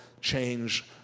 change